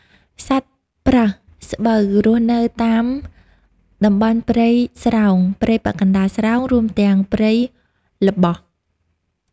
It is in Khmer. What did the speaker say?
សត្វប្រើសស្បូវរស់នៅតាមតំបន់ព្រៃស្រោង ព្រៃពាក់កណ្តាលស្រោង រួមទាំងព្រៃល្បោះ។